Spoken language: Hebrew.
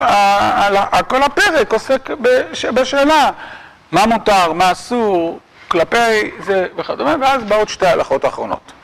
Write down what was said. כל הפרק עוסק בשאלה מה מותר, מה אסור, כלפי וכדומה, ואז באות שתי ההלכות האחרונות.